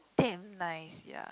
damn nice sia